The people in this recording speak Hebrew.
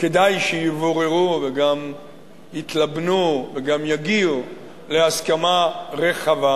כדאי שיבוררו וגם יתלבנו וגם יגיעו להסכמה רחבה,